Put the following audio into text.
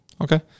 Okay